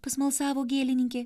pasmalsavo gėlininkė